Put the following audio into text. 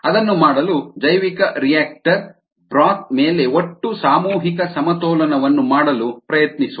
ಅದನ್ನು ಮಾಡಲು ಜೈವಿಕರಿಯಾಕ್ಟರ್ ಬ್ರೋತ್ ಮೇಲೆ ಒಟ್ಟು ಸಾಮೂಹಿಕ ಸಮತೋಲನವನ್ನು ಮಾಡಲು ಪ್ರಯತ್ನಿಸೋಣ